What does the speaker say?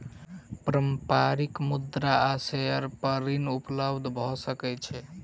पारस्परिक मुद्रा आ शेयर पर ऋण उपलब्ध भ सकै छै